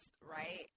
right